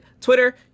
twitter